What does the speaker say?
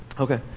Okay